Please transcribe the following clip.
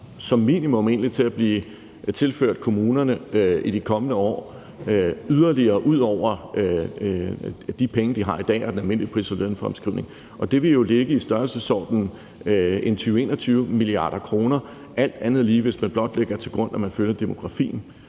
kommer til at blive tilført kommunerne i de kommende år yderligere ud over de penge, de har i dag, og den almindelige pris- og lønfremskrivning, og det ville jo ligge i størrelsesordenen 20-21 mia. kr. alt andet lige, hvis man blot lægger til grund, at man følger demografien